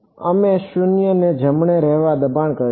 અમે 0 ને જમણે રહેવા દબાણ કરીશું